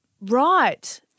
Right